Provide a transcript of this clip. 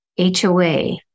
HOA